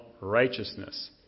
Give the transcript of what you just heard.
righteousness